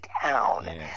town